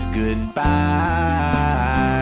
goodbye